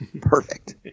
Perfect